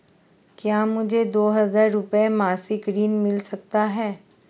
क्या मुझे दो हज़ार रुपये मासिक ऋण मिल सकता है?